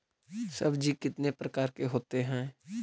सब्जी कितने प्रकार के होते है?